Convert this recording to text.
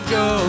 go